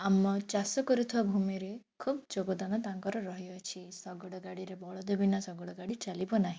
ଆମ ଚାଷ କରୁଥିବା ଭୂମିରେ ଖୁବ୍ ଯୋଗଦାନ ତାଙ୍କର ରହିଅଛି ଶଗଡ଼ ଗାଡ଼ିରେ ବଳଦ ବିନା ଶଗଡ଼ ଗାଡ଼ି ଚାଲିବ ନାହିଁ